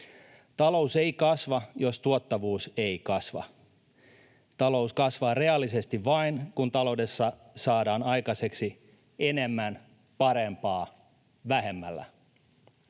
Talous ei kasva, jos tuottavuus ei kasva. Talous kasvaa reaalisesti vain, kun taloudessa saadaan aikaiseksi enemmän parempaa vähemmällä.